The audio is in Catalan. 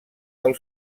del